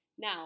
Now